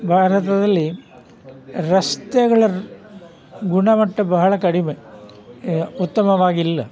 ಭಾರತದಲ್ಲಿ ರಸ್ತೆಗಳ ರ್ ಗುಣಮಟ್ಟ ಬಹಳ ಕಡಿಮೆ ಉತ್ತಮವಾಗಿಲ್ಲ